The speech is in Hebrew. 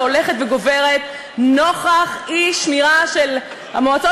שהולכת וגוברת נוכח אי-שמירה של המועצות